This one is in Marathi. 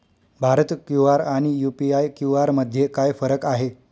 भारत क्यू.आर आणि यू.पी.आय क्यू.आर मध्ये काय फरक आहे?